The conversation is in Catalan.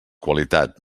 qualitat